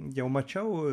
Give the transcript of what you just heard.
jau mačiau